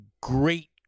great